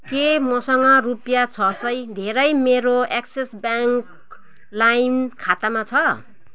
के मसँग रुपियाँ छ सय धेरै मेरो एक्सिस ब्याङ्क लाइम खातामा छ